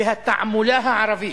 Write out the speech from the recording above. והתעמולה הערבית.